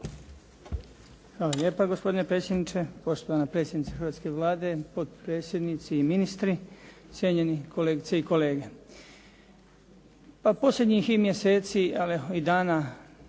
Hvala lijepa gospodine predsjedniče, poštovana predsjednice hrvatske Vlade, potpredsjednici i ministri, cijenjeni kolegice i kolege. Pa posljednjih je mjeseci i dana